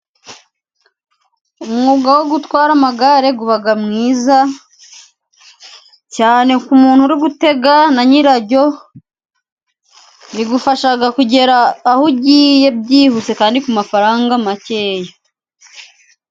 Umwuga wo gutwara amagare uba mwiza cyane ku muntu uri gutega na nyiraryo, rigufasha kugera aho ugiye byibutse kandi ku mafaranga makeya.